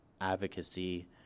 advocacy